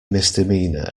misdemeanor